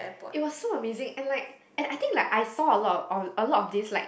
it was so amazing and like and I think like I saw a lot of a lot of these like